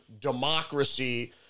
democracy